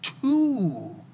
two